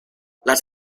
las